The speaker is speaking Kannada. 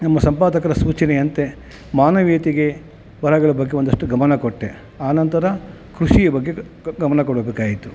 ನಮ್ಮ ಸಂಪಾದಕರ ಸೂಚನೆಯಂತೆ ಮಾನವೀಯತೆಗೆ ಬರಹಗಳ ಬಗ್ಗೆ ಒಂದಷ್ಟು ಗಮನ ಕೊಟ್ಟೆ ಆ ನಂತರ ಖುಷಿಯ ಬಗ್ಗೆ ಗಮನ ಕೊಡಬೇಕಾಗಿತ್ತು